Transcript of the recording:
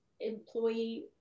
employee